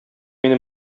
мине